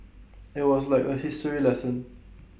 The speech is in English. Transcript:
IT was like A history lesson